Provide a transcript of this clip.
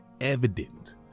evident